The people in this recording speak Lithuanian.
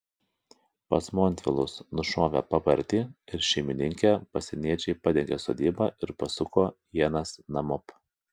pas montvilus nušovę papartį ir šeimininkę pasieniečiai padegė sodybą ir pasuko ienas namop